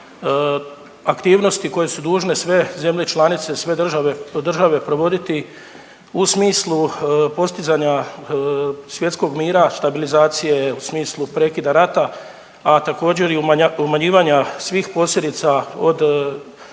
aktivnosti koje su dužne sve zemlje članice i sve države provoditi u smislu postizanja svjetskog mira i stabilizacije u smislu prekida rata, a također i umanjivanja svih posljedica od